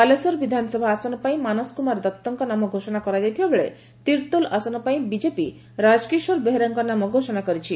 ବାଲେଶ୍ୱର ବିଧାନସଭା ଆସନ ପାଇଁ ମାନସ କୁମାର ଦଉଙ୍କ ନାମ ଘୋଷଣା କରାଯାଇଥିବାବେଳେ ତିର୍ଭୋଲ ଆସନ ପାଇଁ ବିଜେପି ରାକକିଶୋର ବେହେରାଙ୍କ ନାମ ଘୋଷଣା କରିଛି